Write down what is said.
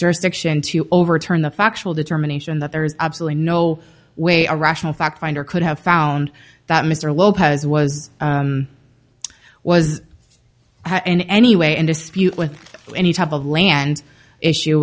jurisdiction to overturn the factual determination that there is absolutely no way a rational fact finder could have found that mr lopez was was in any way in dispute with any type of land issue